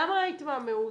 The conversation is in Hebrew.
למה ההתמהמהות?